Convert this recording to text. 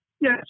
Yes